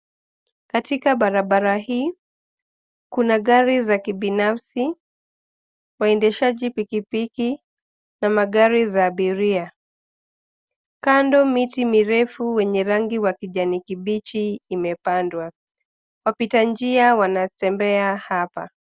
Katika barabara hii, kuna gari za kibinafsi, waendeshaji pikipiki, na magari za abiria. Kando miti mirefu wenye rangi wa kijani kibichi imepandwa, wapita njia wanatembea hapa.